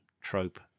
trope